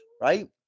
right